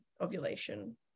ovulation